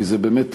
כי זה באמת,